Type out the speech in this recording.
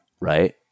right